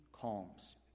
calms